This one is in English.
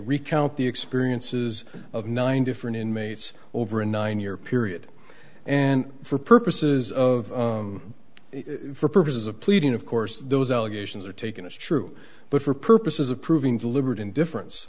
recount the experiences of nine different inmates over a nine year period and for purposes of for purposes of pleading of course those allegations are taken as true but for purposes of proving deliberate indifference